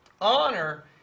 Honor